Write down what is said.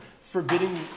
forbidding